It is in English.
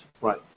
Right